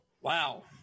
Wow